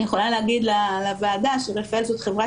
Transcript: אני יכולה להגיד לוועדה שרפאל היא חברה